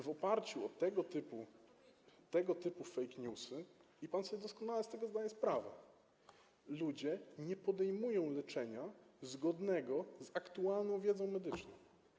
W oparciu o tego typu fake news - i pan sobie doskonale z tego zdaje sprawę - ludzie nie podejmują leczenia zgodnego z aktualną wiedzą medyczną.